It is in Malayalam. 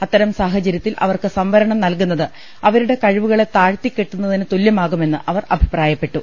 അത്തരം സാഹചര്യത്തിൽ അവർക്ക് സംവരണം നൽകുന്നത് അവ രുടെ കഴിവുകളെ താഴ്ത്തിക്കെട്ടുന്നതിന് തുല്യമാകുമെന്ന് അവർ അഭിപ്രായപ്പെട്ടു